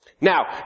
Now